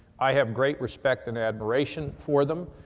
i have great respect and admiration for them.